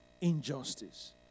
injustice